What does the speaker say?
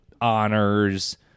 honors